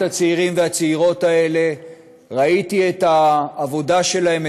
הצעירים והצעירות האלה וראיתי את העבודה שלהם,